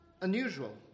unusual